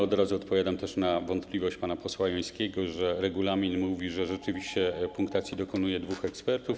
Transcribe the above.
Od razu odpowiadam też na wątpliwość pana posła Jońskiego, że regulamin mówi, że rzeczywiście punktacji dokonuje dwóch ekspertów.